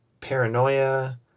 Paranoia